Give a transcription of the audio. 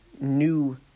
new